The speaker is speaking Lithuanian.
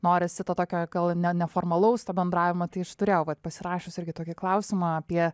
norisi to tokio gal ne neformalaus to bendravimo tai aš turėjau vat pasirašius irgi tokį klausimą apie